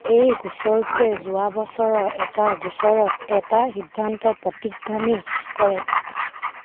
এই গোচৰটোৱে যোৱা বছৰৰ এটা গোচৰত এটা সিদ্ধান্তৰ প্ৰতিধ্বনি কৰে